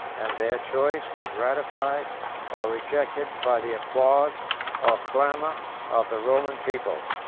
and their choice was ratified or rejected by the applause or clamor of the roman people.